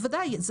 בוודאי.